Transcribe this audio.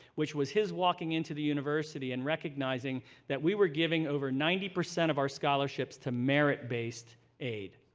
which was his walking into the university and recognizing that we were giving over ninety percent of our scholarships to merit-based aid.